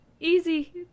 Easy